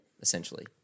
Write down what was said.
essentially